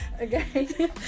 Okay